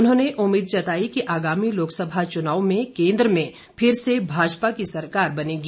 उन्होंने उम्मीद जताई कि आगामी लोकसभा चुनाव में केंद्र में फिर से भाजपा की सरकार बनेगी